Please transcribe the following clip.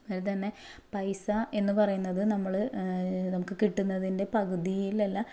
അതുപോലെ തന്നെ പൈസ എന്ന് പറയുന്നത് നമ്മൾ നമുക്ക് കിട്ടുന്നതിൻ്റെ പകുതിയിലല്ല